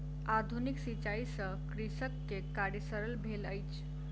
आधुनिक सिचाई से कृषक के कार्य सरल भेल अछि